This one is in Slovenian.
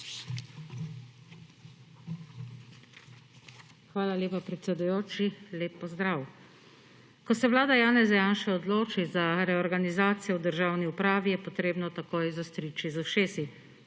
Hvala lepa, predsedujoči. Lep pozdrav! Ko se Vlada Janeza Janše odloči za reorganizacijo v državni upravi, je potrebno takoj zastriči z ušesi.